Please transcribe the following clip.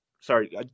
Sorry